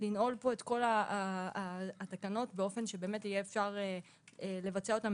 גם לנעול פה את התקנות באופן שיהיה אפשר לבצע אותן